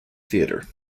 theatre